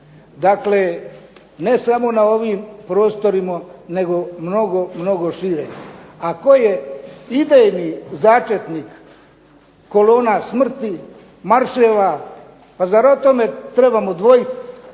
Dakle, ne samo na ovim prostorima nego mnogo, mnogo šire. A tko je idejni začetnik kolona smrti, marševa? Pa zar o tome trebamo dvojiti?